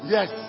Yes